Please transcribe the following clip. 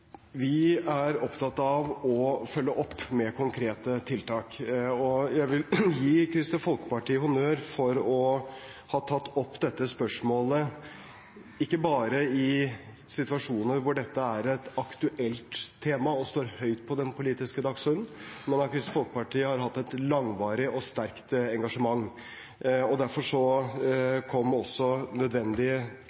Vi er opptatt av å følge opp med konkrete tiltak, og jeg vil gi Kristelig Folkeparti honnør for å ha tatt opp dette spørsmålet, ikke bare i situasjoner hvor dette er et aktuelt tema og står høyt på den politiske dagsordenen, Kristelig Folkeparti har hatt et langvarig og sterkt engasjement. Derfor kom også noen nødvendige